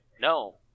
No